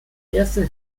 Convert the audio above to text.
erste